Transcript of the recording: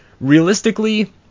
realistically